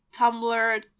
Tumblr